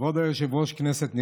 כבוד היושב-ראש, כנסת נכבדה,